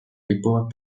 kipuvad